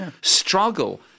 struggle